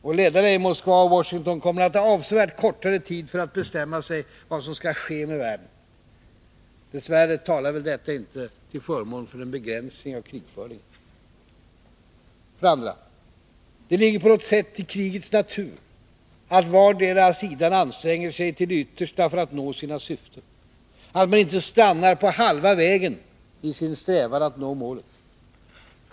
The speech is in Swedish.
Och ledarna i Moskva och i Washington kommer att ha avsevärt kortare tid på sig för att bestämma vad som skall ske med världen. Dess värre talar väl inte detta till förmån för en begränsning av krigföringen. För det andra: Det ligger på något sätt i krigets natur att vardera sidan anstränger sig till det yttersta för att nå sina syften, att man inte stannar på halva vägen i sin strävan att nå målet.